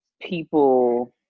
people